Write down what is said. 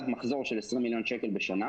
עד מחזור של 20 מיליון שקל בשנה,